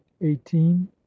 eighteen